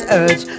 urge